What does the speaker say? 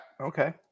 okay